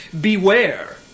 Beware